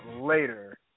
later